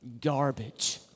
garbage